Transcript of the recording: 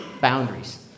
boundaries